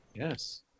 Yes